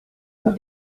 vous